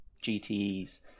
GTEs